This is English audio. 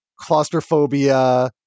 claustrophobia